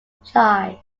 replies